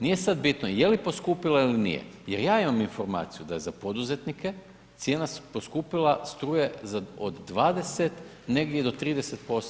Nije sad bitno je li poskupila ili nije jer ja imam informaciju da za poduzetnike, cijena je poskupila struje za od 20, negdje do 30%